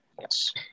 yes